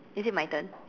is it my turn